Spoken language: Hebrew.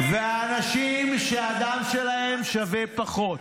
ואנשים שהדם שלהם שווה פחות.